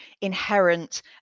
inherent